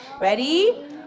Ready